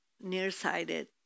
nearsighted